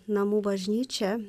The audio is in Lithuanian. namų bažnyčia